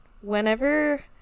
whenever